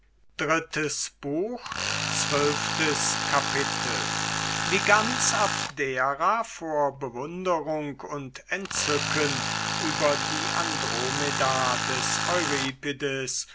w zwölftes kapitel wie ganz abdera vor bewunderung und entzücken über die andromeda des